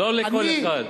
לא לכל אחד.